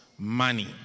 Money